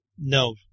No